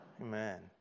Amen